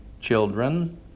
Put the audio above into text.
children